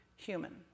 human